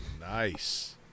Nice